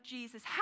Jesus